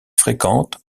fréquentes